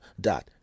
dot